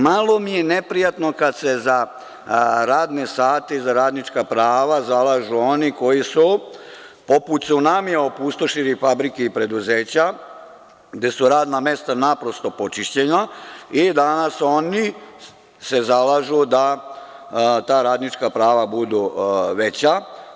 Malo mi je neprijatno kada se za radne sate i za radnička prava zalažu oni koji su poput cunamija opustošili fabrike i preduzeća, gde su radna mesta naprosto počišćena i danas se oni zalažu da ta radnička prava budu veća.